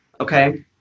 okay